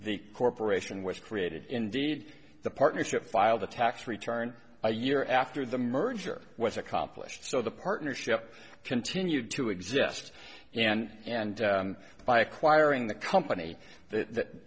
the corporation was created indeed the partnership filed a tax return a year after the merger was accomplished so the partnership continued to exist and and by acquiring the company that